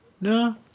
No